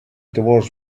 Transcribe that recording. towards